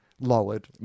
lowered